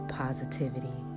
positivity